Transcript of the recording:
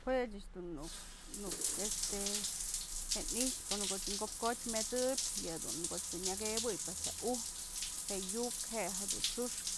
Jue ëch du nuk- nuk este je'e nyxpë ko'op jotye met'sëp yëdun koch dun nyëk ebyë ujt's, je'e yu'uk je'e jedun t'su'uxk,